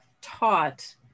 taught